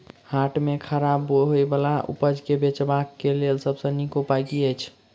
हाट मे खराब होय बला उपज केँ बेचबाक क लेल सबसँ नीक उपाय की अछि?